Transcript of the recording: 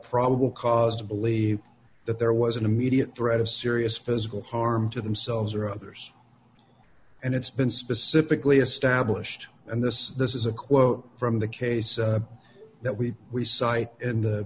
probable cause to believe that there was an immediate threat of serious physical harm to themselves or others and it's been specifically established and this this is a quote from the case that we we cite